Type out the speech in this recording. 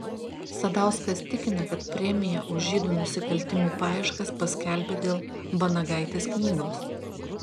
sadauskas tikina kad premiją už žydų nusikaltimų paieškas paskelbė dėl vanagaitės knygos